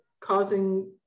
causing